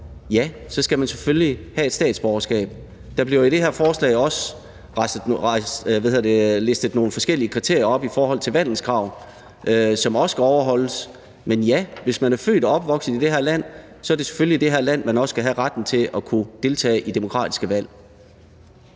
ja, så skal man selvfølgelig have et statsborgerskab. Der bliver i det her forslag også listet nogle forskellige kriterier op i forhold til vandelskrav, som også skal overholdes. Men ja, hvis man er født og opvokset i det her land, er det selvfølgelig i det her land, man også skal have retten til at kunne deltage i demokratiske valg.